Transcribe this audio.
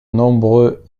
nombreux